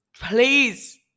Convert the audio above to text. please